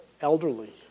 elderly